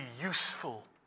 useful